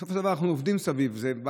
בסופו של דבר אנחנו עובדים סביב זה,